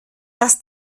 dass